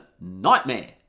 nightmare